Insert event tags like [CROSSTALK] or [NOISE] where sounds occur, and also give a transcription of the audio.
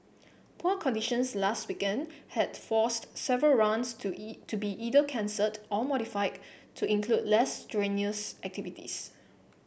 poor conditions last weekend had forced several runs to [UNINTELLIGIBLE] to be either cancelled or modified to include less strenuous activities